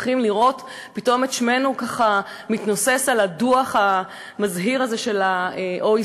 צריכים לראות פתאום את שמנו ככה מתנוסס על הדוח המזהיר הזה של ה-OECD?